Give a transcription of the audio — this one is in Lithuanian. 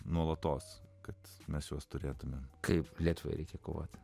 nuolatos kad mes juos turėtumėme kaip lietuvai reikia kovoti